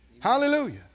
Hallelujah